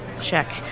Check